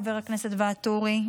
חבר הכנסת ואטורי,